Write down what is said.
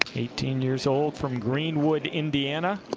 eighteen years old from greenwood, indiana.